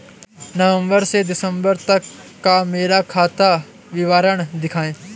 नवंबर से दिसंबर तक का मेरा खाता विवरण दिखाएं?